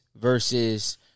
Versus